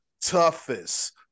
toughest